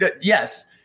Yes